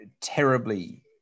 terribly